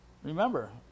Remember